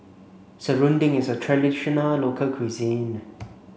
Serunding is a traditional local cuisine